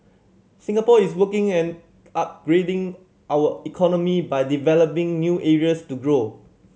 Singapore is working an upgrading our economy by developing new areas to grow